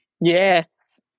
Yes